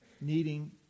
needing